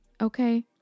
okay